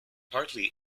partly